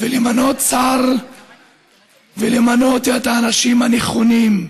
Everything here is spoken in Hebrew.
ולמנות שר ולמנות את האנשים הנכונים,